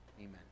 Amen